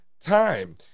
time